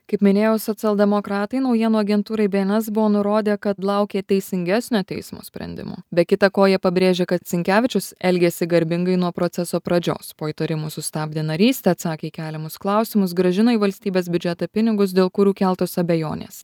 kaip minėjau socialdemokratai naujienų agentūrai bns buvo nurodę kad laukia teisingesnio teismo sprendimo be kita ko jie pabrėžė kad sinkevičius elgėsi garbingai nuo proceso pradžios po įtarimų sustabdė narystę atsakė į keliamus klausimus grąžino į valstybės biudžetą pinigus dėl kurių keltos abejonės